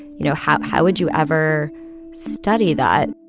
you know, how how would you ever study that?